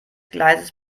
gleises